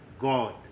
God